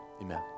Amen